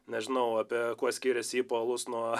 nežinau apie kuo skiriasi alus nuo